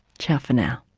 ciao for now